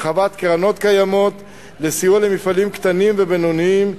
הרחבת קרנות קיימות וסיוע למפעלים קטנים ובינוניים,